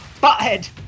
Butthead